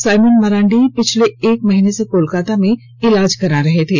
Simon Marandi बीते एक माह से कोलकाता में इलाज करा रहे थे